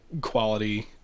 quality